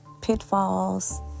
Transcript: pitfalls